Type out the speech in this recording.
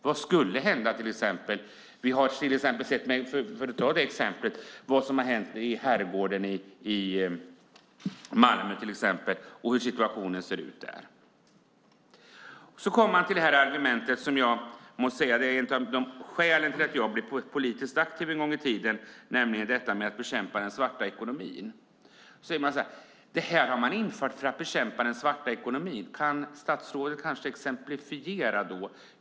Vi kan som exempel nämna Herrgården i Malmö och hur förhållande är där. Sedan kommer vi till det som var ett av skälen till att jag en gång i tiden blev politiskt aktiv, nämligen bekämpandet av den svarta ekonomin. Det sägs att man infört avdragen för att bekämpa den svarta ekonomin. Kan statsrådet exemplifiera detta?